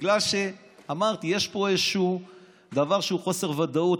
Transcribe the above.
בגלל שאמרתי: יש פה איזשהו דבר שהוא חוסר ודאות.